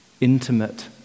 intimate